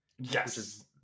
yes